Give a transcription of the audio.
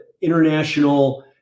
international